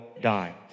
die